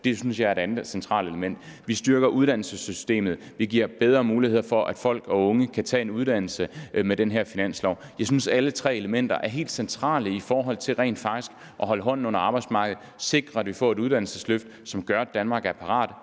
Det synes jeg er et andet centralt element. Vi styrker uddannelsessystemet. Vi giver bedre muligheder for, at folk og unge kan tage en uddannelse med den her finanslov. Jeg synes, at alle tre elementer er helt centrale for rent faktisk at holde hånden under arbejdsmarkedet, sikre, at vi får et uddannelsesløft, som gør, at Danmark er parat.